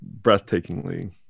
breathtakingly